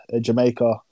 Jamaica